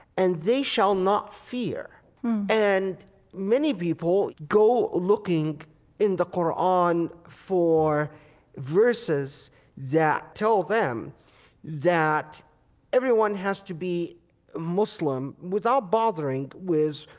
and they shall not fear and many people go looking in the qur'an for verses that tell them that everyone has to be muslim without bothering with,